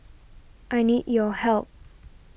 I need your help